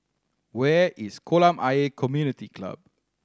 where is Kolam Ayer Community Club